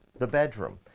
the bedroom.